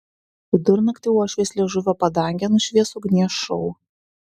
vidurnaktį uošvės liežuvio padangę nušvies ugnies šou